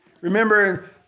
remember